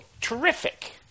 Terrific